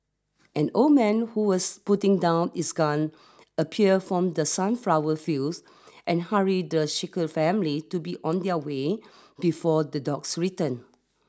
an old man who was putting down its gun appeared from the sunflower fields and hurried the shaker family to be on their way before the dogs return